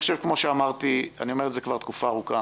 כפי שאמרתי, אני אומר את זה כבר תקופה ארוכה,